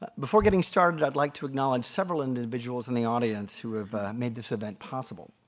but before getting started, i'd like to acknowledge several individuals in the audience who have made this event possible.